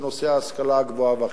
בנושא ההשכלה הגבוהה והחינוך.